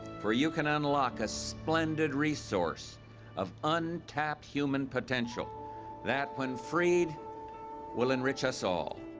for you can unlock a splendid resource of untapped human potential that when freed will enrich us all.